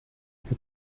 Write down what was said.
het